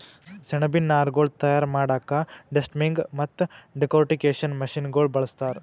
ಸೆಣಬಿನ್ ನಾರ್ಗೊಳ್ ತಯಾರ್ ಮಾಡಕ್ಕಾ ಡೆಸ್ಟಮ್ಮಿಂಗ್ ಮತ್ತ್ ಡೆಕೊರ್ಟಿಕೇಷನ್ ಮಷಿನಗೋಳ್ ಬಳಸ್ತಾರ್